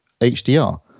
HDR